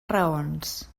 raons